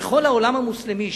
שבכל העולם המוסלמי,